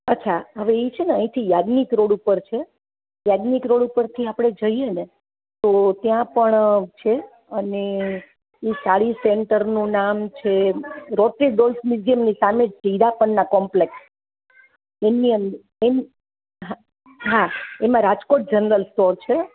અચ્છા હવે એ છે ને અહીંથી યાજ્ઞિક રોડ ઉપર છે યાજ્ઞિક રોડ ઉપરથી આપણે જઈએ ને તો ત્યાં પણ છે અને એ સાડી સેન્ટરનું નામ છે રોટરીડોલ્સ મ્યુઝિયમની સામે જ છે હિરાસનના કોમ્પ્લેક્સ એની એની અં એની હા એમાં રાજકોટ જનરલ સ્ટોર છે